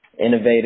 innovative